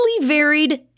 varied